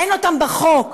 אין אותם בחוק.